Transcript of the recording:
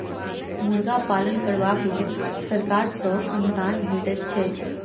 मुर्गा पालन करबाक लेल सरकार सॅ अनुदान भेटैत छै